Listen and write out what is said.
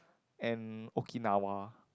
and Okinawa